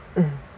mm